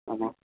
ஆமாம்